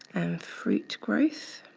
and fruit growth.